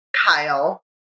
Kyle